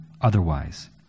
otherwise